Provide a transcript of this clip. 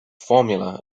formula